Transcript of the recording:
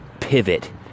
pivot